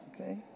Okay